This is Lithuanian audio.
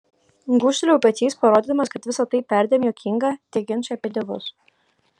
gūžtelėjau pečiais parodydamas kad visa tai perdėm juokinga tie ginčai apie dievus